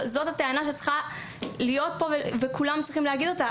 שזאת הטענה שצריכה להיות וכולם צריכים להגיד אותה,